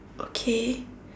okay